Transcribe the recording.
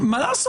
מה לעשות.